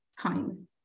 time